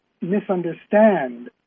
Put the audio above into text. misunderstand